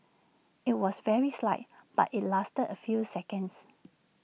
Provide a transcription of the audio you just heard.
IT was very slight but IT lasted A few seconds